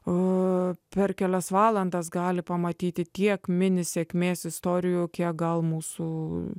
o per kelias valandas gali pamatyti tiek mini sėkmės istorijų kiek gal mūsų